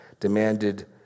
demanded